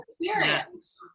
experience